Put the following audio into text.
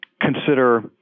consider